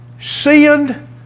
sinned